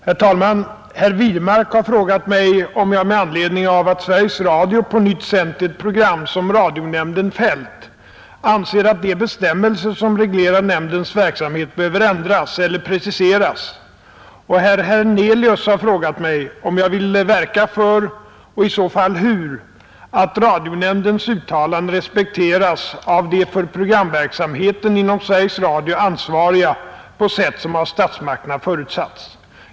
Herr talman! Herr Wirmark har frågat mig om jag — med anledning av att Sveriges Radio på nytt sänt ett program som radionämnden fällt — anser att de bestämmelser som reglerar nämndens verksamhet behöver ändras eller preciseras, och herr Hernelius har frågat mig om jag vill verka för — och i så fall hur — att radionämndens uttalanden respekteras av de för programverksamheten inom Sveriges Radio ansvariga på sätt som av statsmakterna förutsatts.